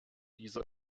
dieser